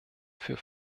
für